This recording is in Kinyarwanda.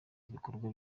bubiko